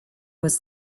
was